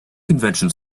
convention